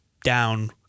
down